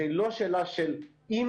זה לא שאלה של אם,